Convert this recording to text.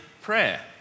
prayer